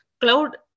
Cloud